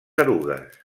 erugues